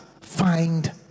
find